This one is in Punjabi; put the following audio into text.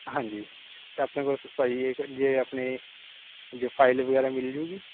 ਹਾਂਜੀ ਅਤੇ ਆਪਣੇ ਕੋਲ ਸ ਭਾਅ ਜੀ ਇਹ ਜੇ ਆਪਣੇ ਜੋ ਫਾਈਲ ਵਗੈਰਾ ਮਿਲ ਜੂਗੀ